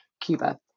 Cuba